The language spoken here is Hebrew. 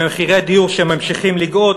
עם מחירי הדיור שממשיכים לגאות,